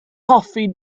hoffi